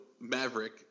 Maverick